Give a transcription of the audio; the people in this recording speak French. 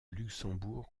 luxembourg